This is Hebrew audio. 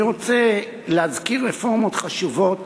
אני רוצה להזכיר רפורמות חשובות